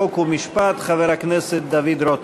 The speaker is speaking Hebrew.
חוק ומשפט חבר הכנסת דוד רותם.